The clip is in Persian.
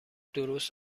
درست